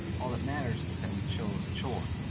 all that matters is that we chose a chore.